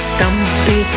Stumpy